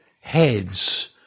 heads